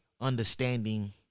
understanding